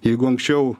jeigu anksčiau